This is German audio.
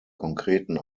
konkreten